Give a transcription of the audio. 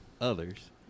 others